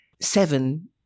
seven